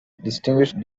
distinctive